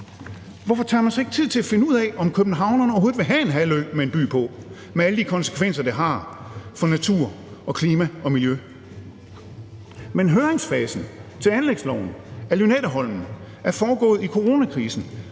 Hvorfor tager man sig ikke tid til at finde ud af, om københavnerne overhovedet vil have en halvø med en by på med alle de konsekvenser, det har for natur, klima og miljø? Men høringsfasen til anlægsloven om Lynetteholmen er foregået i coronakrisen,